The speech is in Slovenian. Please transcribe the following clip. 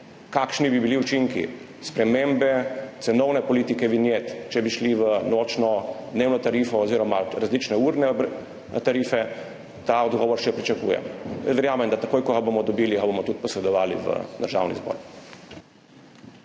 kakšni bi bili učinki spremembe cenovne politike vinjet, če bi šli v nočno, dnevno tarifo oziroma različne urne tarife – ta odgovor še pričakujem. Verjamem, da ga bomo, takoj ko ga bomo dobili, tudi posredovali v Državni zbor.